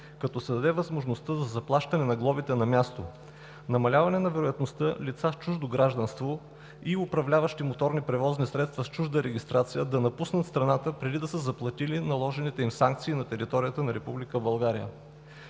като се даде възможността за заплащане на глобите на място; намаляване на вероятността лица с чуждо гражданство и управляващи моторни превозни средства (МПС) с чужда регистрация да напускат страната преди да са заплатили наложените им санкции на територията на